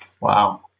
Wow